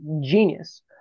genius